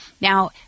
Now